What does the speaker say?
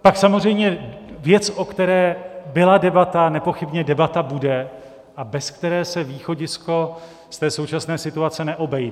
Pak samozřejmě věc, o které byla debata a nepochybně debata bude a bez které se východisko ze současné situace neobejde.